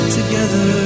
together